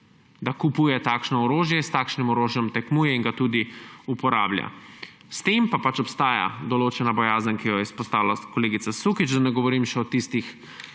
da kupuje takšno orožje, s takšnim orožjem tekmuje in ga tudi uporablja. S tem pa obstaja določena bojazen, ki jo je izpostavila kolegica Sukič. Da ne govorim še o tistih